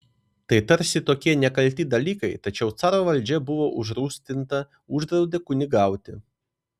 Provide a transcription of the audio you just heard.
tai tarsi tokie nekalti dalykai tačiau caro valdžia buvo užrūstinta uždraudė kunigauti